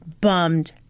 bummed